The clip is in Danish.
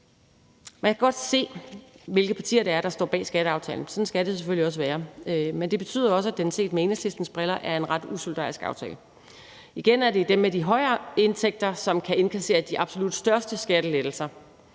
Man kan godt se, hvilke partier, det er, der står bag skatteaftalen, og sådan skal det selvfølgelig også være. Men det betyder også, at det set med Enhedslistens briller er en ret usolidarisk aftale. Igen er det dem med de højere indtægter, som kan indkassere de absolut største skattelettelser.